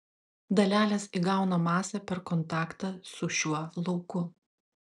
dalelės įgauna masę per kontaktą su šiuo lauku